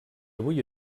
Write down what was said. avui